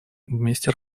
вместе